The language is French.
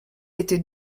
était